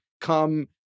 come